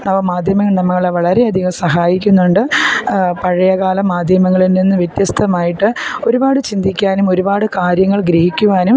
നവമാധ്യമം നമ്മളെ വളരെയധികം സഹായിക്കുന്നുണ്ട് പഴയകാല മാധ്യമങ്ങളിൽ നിന്ന് വ്യത്യസ്തമായിട്ട് ഒരുപാട് ചിന്തിക്കാനും ഒരുപാട് കാര്യങ്ങൾ ഗ്രഹിക്കുവാനും